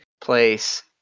place